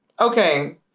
Okay